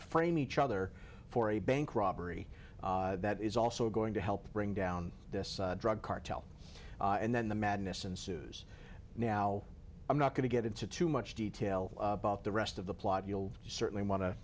frame each other for a bank robbery that is also going to help bring down the drug cartel and then the madness ensues now i'm not going to get into too much detail about the rest of the plot you'll certainly want to